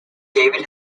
david